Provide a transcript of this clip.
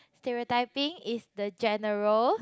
stereotyping is the general